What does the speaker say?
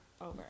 Over